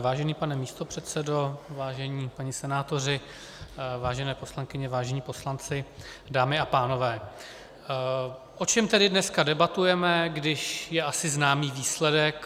Vážený pane místopředsedo, vážení páni senátoři, vážené poslankyně, vážení poslanci, dámy a pánové, o čem tedy dneska debatujeme, když je asi znám výsledek?